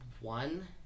one